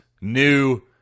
new